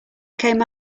came